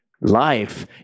life